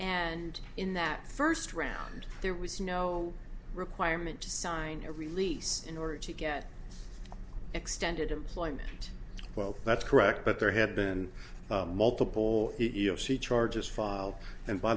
and in that first round there was no requirement to sign a release in order to get extended employment well that's correct but there had been multiple e e o c charges filed and by